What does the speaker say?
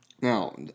Now